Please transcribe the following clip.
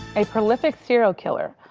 a prolific serial killer,